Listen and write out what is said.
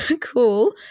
cool